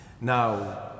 Now